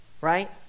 right